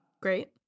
Great